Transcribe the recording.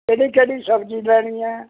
ਕਿਹੜੀ ਕਿਹੜੀ ਸਬਜ਼ੀ ਲੈਣੀ ਹੈ